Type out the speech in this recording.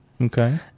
Okay